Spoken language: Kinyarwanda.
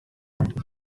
nizzo